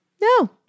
No